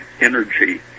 energy